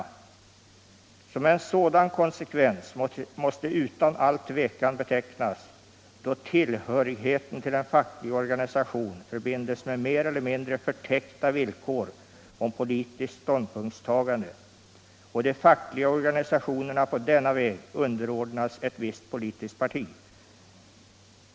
Såsom en sådan konsekvens måste utan all tvekan betecknas, då tillhörigheten till en facklig organisation förbindes med mer eller mindre förtäckta villkor om politiskt ståndpunktstagande och de fackliga organisationerna på denna väg underordnas ett visst politiskt parti.